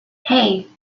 hey